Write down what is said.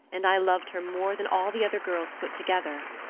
and i loved her more than all the other girls put together.